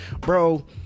Bro